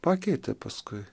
pakeitė paskui